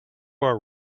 are